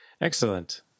Excellent